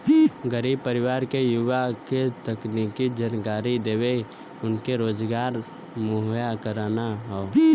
गरीब परिवार के युवा के तकनीकी जानकरी देके उनके रोजगार मुहैया कराना हौ